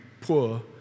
poor